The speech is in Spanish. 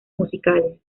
musicales